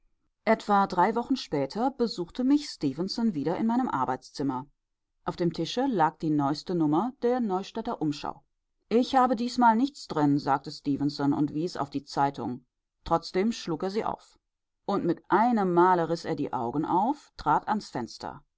etwa drei wochen später besuchte mich stefenson wieder in meinem arbeitszimmer auf dem tische lag die neueste nummer der neustädter umschau ich habe diesmal nichts drin sagte stefenson und wies auf die zeitung trotzdem schlug er sie auf und mit einem male riß er die augen auf trat ans fenster